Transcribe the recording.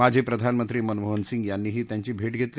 माजी प्रधानमंत्री मनमोहन सिंग यांनीही त्यांची भेट घेतली